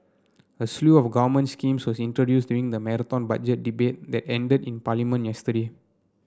a slew of government schemes was introduced during the Marathon Budget Debate that ended in Parliament yesterday